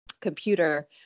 computer